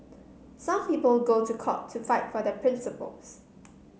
some people go to court to fight for their principles